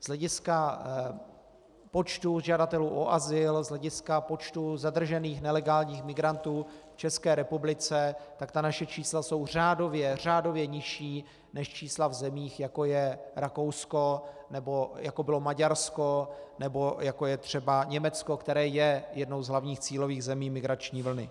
Z hlediska počtu žadatelů o azyl, z hlediska počtu zadržených nelegálních migrantů v České republice jsou naše čísla řádově nižší než čísla v zemích, jako je Rakousko nebo jako bylo Maďarsko nebo jako je třeba Německo, které je jednou z hlavních cílových zemí migrační vlny.